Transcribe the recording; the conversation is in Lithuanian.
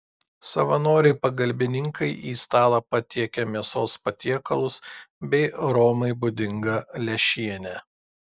savanoriai pagalbininkai į stalą patiekia mėsos patiekalus bei romai būdingą lęšienę